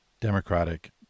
Democratic